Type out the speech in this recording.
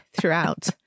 throughout